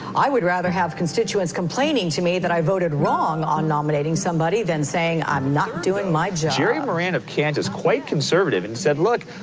i would rather have constituents complaining to me that i voted wrong on nominating somebody than saying i'm not doing my job jerry ah moran of kansas, quite conservative and said, look.